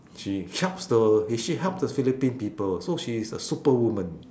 she helps the she help the philippine people so she is a superwoman